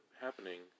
happening